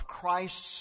Christ's